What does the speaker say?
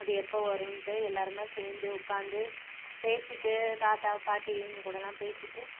அது எப்போ வரும்ட்டு எல்லாருமே சேர்ந்து உட்காந்து பேசிட்டு தாத்தா பாட்டி இவங்ககூடலாம் பேசிட்டு